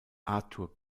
arthur